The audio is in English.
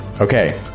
Okay